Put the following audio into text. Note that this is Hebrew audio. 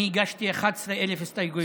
אני הגשתי 11,000 הסתייגויות.